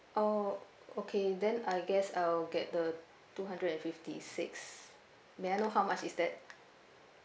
oh okay then I guess I'll get the two hundred and fifty six may I know how much is that